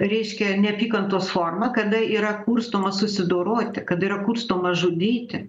reiškia neapykantos forma kada yra kurstoma susidoroti kada yra kurstoma žudyti